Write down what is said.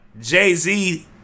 Jay-Z